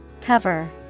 Cover